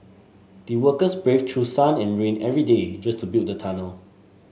the workers braved through sun and rain every day just to build the tunnel